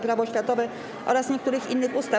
Prawo oświatowe oraz niektórych innych ustaw.